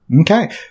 Okay